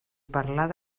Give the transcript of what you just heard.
parlar